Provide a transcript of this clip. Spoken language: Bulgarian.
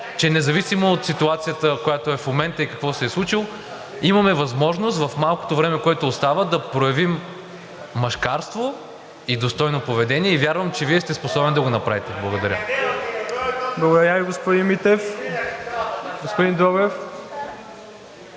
че независимо от ситуацията, която е в момента и какво се е случило, имаме възможност в малкото време, което остава, да проявим мъжкарство и достойно поведение, и вярвам, че Вие сте способен да го направите. Благодаря. (Шум и реплики от